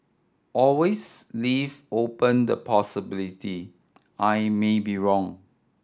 always leave open the possibility I may be wrong